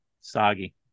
Soggy